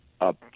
up